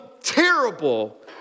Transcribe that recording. terrible